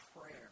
prayer